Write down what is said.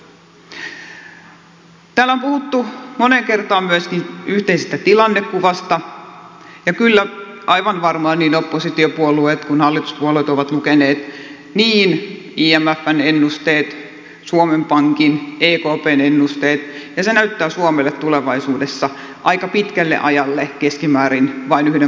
täällä on puhuttu moneen kertaan myöskin yhteisestä tilannekuvasta ja kyllä aivan varmaan niin oppositiopuolueet kuin hallituspuolueet ovat lukeneet imfn ennusteet suomen pankin ekpn ennusteet ja ne näyttävät suomelle tulevaisuudessa aika pitkälle ajalle keskimäärin vain yhden prosentin kasvua